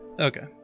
Okay